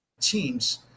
teams